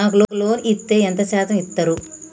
నాకు లోన్ ఇత్తే ఎంత శాతం ఇత్తరు?